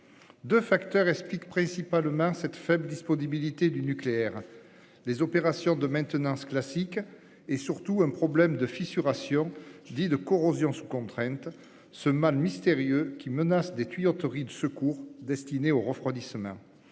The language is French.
Deux facteurs principalement expliquent cette faible disponibilité du nucléaire : les opérations de maintenance classique et, surtout, un problème de fissuration, dit de corrosion sous contrainte, un mal mystérieux qui menace des tuyauteries de secours destinées au refroidissement